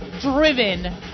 driven